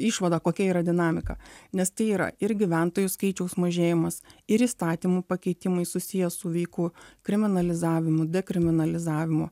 išvada kokia yra dinamika nes tai yra ir gyventojų skaičiaus mažėjimas ir įstatymų pakeitimai susiję su veikų kriminalizavimu dekriminalizavimu